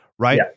Right